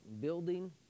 building